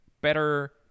better